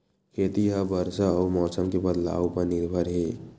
खेती हा बरसा अउ मौसम के बदलाव उपर निर्भर हे